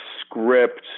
script